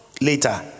Later